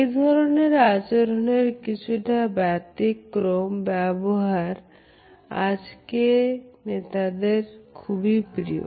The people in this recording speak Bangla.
এই ধরনের আচরণের কিছুটা ব্যতিক্রম ব্যবহার আজকের নেতাদের খুবই প্রিয়